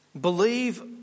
Believe